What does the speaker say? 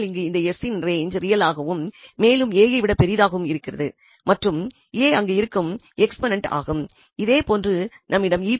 ஆனால் இங்கு இந்த s இன் ரேஞ்ச் ரியலாகவும் மேலும் a ஐ விட பெரியதாகவும் இருக்கிறது மற்றும் a அங்கு இருக்கும் எக்ஸ்பொனென்ட் ஆகும்